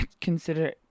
consider